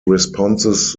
responses